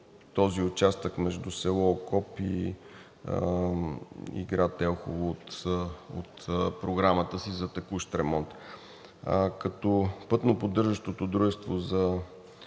този участък между село Окоп и град Елхово от програмата си за текущ ремонт. Пътноподдържащото дружество за